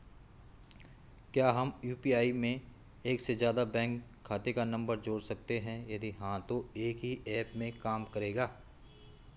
क्या हम यु.पी.आई में एक से ज़्यादा बैंक खाते का नम्बर जोड़ सकते हैं यदि हाँ तो एक ही ऐप में काम करेगा?